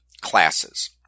classes